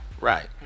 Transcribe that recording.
Right